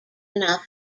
enough